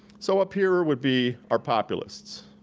so up here would be our populists.